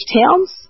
towns